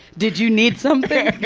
did you need something? we're